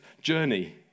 journey